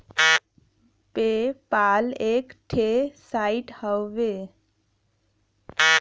पे पाल एक ठे साइट हउवे